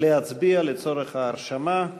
להצביע לצורך ההרשמה.